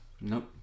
Nope